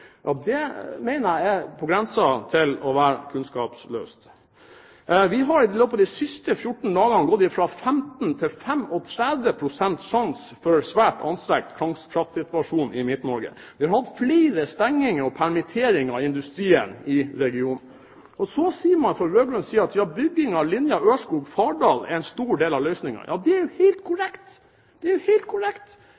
jeg er på grensen til å være kunnskapsløst. Vi har i løpet av de siste 14 dagene gått fra 15 til 35 pst. sjanse for en svært anstrengt kraftsituasjon i Midt-Norge. Vi har hatt flere stenginger og permitteringer i industrien i regionen. Og så sier man fra rød-grønn side at bygging av linjen Ørskog–Fardal er en stor del av løsningen. Det er helt